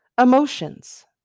emotions